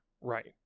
Right